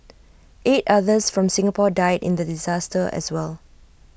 eight others from Singapore died in the disaster as well